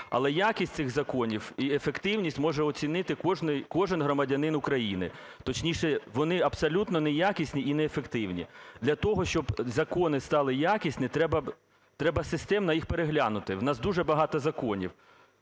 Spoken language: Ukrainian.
але якість цих законів і ефективність може оцінити кожен громадянин України. Точніше, вони абсолютно неякісні і неефективні. Для того, щоб закони стали якісні, треба системно їх переглянути. В нас дуже багато законів.